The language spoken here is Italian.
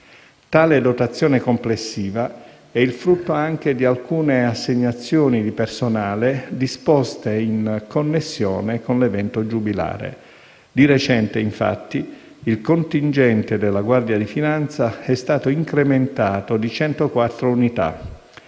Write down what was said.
Tale dotazione complessiva è il frutto anche di alcune assegnazioni dì personale disposte in connessione con l'evento giubilare. Di recente, infatti, il contingente della Guardia di finanza è stato incrementato di 104 unità,